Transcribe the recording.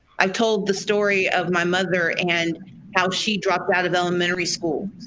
i told the story of my mother and how she dropped out of elementary school,